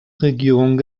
regierung